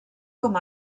com